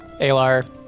ALAR